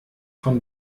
von